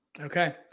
Okay